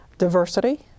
Diversity